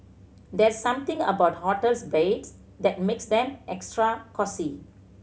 there's something about hotels beds that makes them extra cosy